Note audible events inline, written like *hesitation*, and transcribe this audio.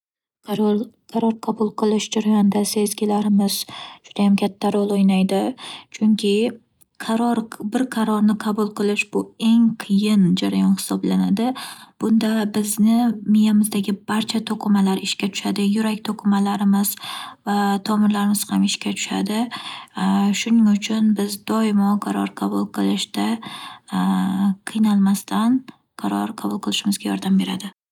Qaror-qaror qabul qilish jarayonida sezgilarimiz judayam katta rol o'ynaydi. Chunki qaror- bir- qarorni qabul qilish bu eng qiyin jarayon hisoblanadi. Bunda bizni miyamizdagi barcha to'qimalar ishga tushadi. Yurak to'qimalarimiz va tomirlarimiz ham ishga tushadi. *hesitation* Shuning uchun biz doimo qaror qabul qilishda *hesitation* qiynalmasdan qaror qabul qilishimizga yordam beradi.